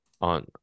on